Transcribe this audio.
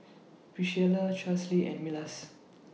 Pricilla Charlsie and Milas